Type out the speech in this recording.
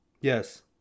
Yes